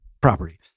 property